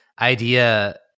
idea